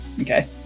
Okay